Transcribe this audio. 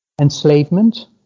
enslavement